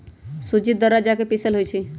सूज़्ज़ी दर्रा जका पिसल होइ छइ